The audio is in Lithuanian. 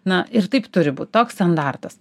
na ir taip turi būt toks standartas